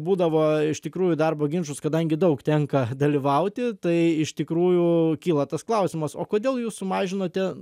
būdavo iš tikrųjų darbo ginčus kadangi daug tenka dalyvauti tai iš tikrųjų kyla tas klausimas o kodėl jūs sumažinote